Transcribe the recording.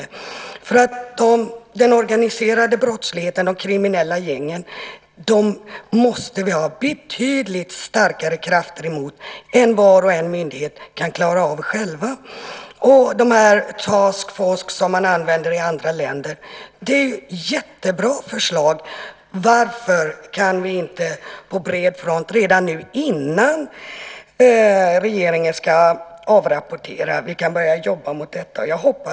Vi måste ha betydligt starkare krafter mot den organiserade brottsligheten, de kriminella gängen, än vad varje myndighet för sig kan klara av. Det här med task force , som man använder i andra länder, är ett jättebra förslag. Varför kan vi inte på bred front redan nu, innan regeringen ska avrapportera, säga att vi kan börja jobba mot detta?